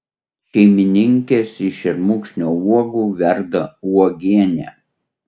šeimininkės iš šermukšnio uogų verda uogienę